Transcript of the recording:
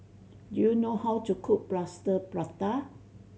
do you know how to cook Plaster Prata